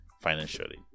financially